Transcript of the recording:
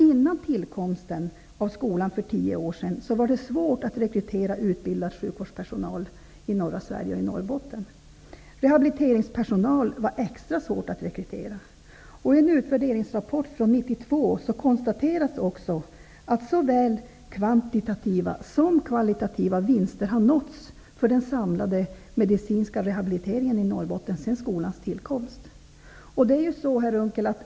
Innan tillkomsten av skolan för tio år sedan var det svårt att rekrytera utbildad sjukvårdspersonal i norra Sverige. Rehabiliteringspersonal var extra svår att rekrytera. I en utvärderingsrapport från 1992 konstateras också att såväl kvalitativa som kvantitativa vinster nåtts för den samlade medicinska rehabiliteringen i Norrbotten sedan skolans tillkomst.